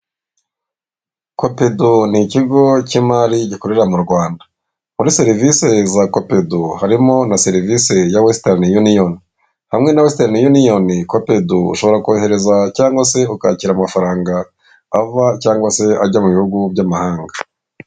Copedu ni ikigo cy'imari gikorera mu Rwanda; muri serivisi za Copedu harimo na serivisi ya western union. Hamwe na western union, copedu ushobora kohereza cyangwa se ukakira amafaranga ava cyangwa se ajya mu bihugu by'amahanga.